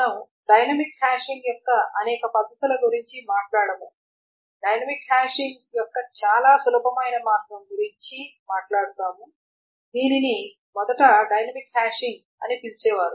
మేము dynamic hashing యొక్క అనేక పద్ధతుల గురించి మాట్లాడము డైనమిక్ హాషింగ్ యొక్క చాలా సులభమైన మార్గం గురించి మాట్లాడుతాము దీనిని మొదట డైనమిక్ హాషింగ్ అని పిలిచేవారు